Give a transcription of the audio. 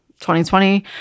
2020